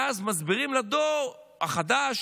ואז מסבירים לדור החדש,